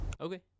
Okay